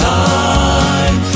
time